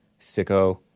Sicko